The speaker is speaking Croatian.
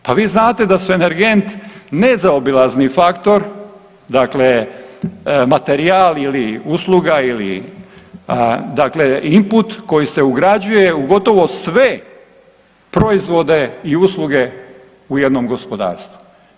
Pa vi znate da su energenti nezaobilazni faktor, dakle materijal ili usluga ili dakle input koji se ugrađuje u gotovo sve proizvode i usluge u jednom gospodarstvu.